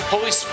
Holy